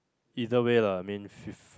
either way lah I mean